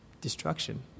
destruction